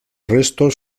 restos